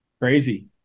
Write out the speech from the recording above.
Crazy